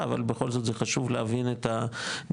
אבל בכל זאת זה חשוב להבין את הדינמיקה,